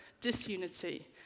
disunity